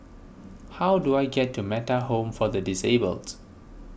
how do I get to Metta Home for the Disabled